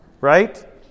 Right